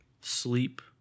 Sleep